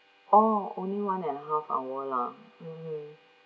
oh only one and half hour lah mm